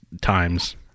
times